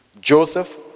Joseph